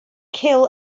kill